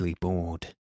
bored